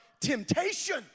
Temptation